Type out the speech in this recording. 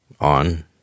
on